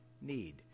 need